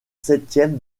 septième